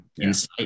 insight